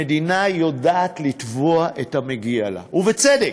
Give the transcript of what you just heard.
המדינה יודעת לתבוע את המגיע לה, ובצדק,